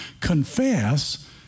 Confess